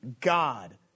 God